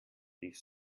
rief